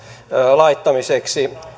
laittamiseksi